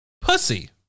Pussy